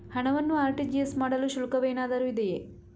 ಹಣವನ್ನು ಆರ್.ಟಿ.ಜಿ.ಎಸ್ ಮಾಡಲು ಶುಲ್ಕವೇನಾದರೂ ಇದೆಯೇ?